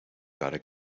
gotta